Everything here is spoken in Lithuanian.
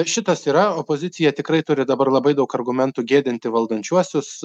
šitas yra opozicija tikrai turi dabar labai daug argumentų gėdinti valdančiuosius